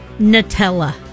Nutella